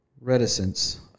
reticence